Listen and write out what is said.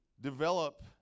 develop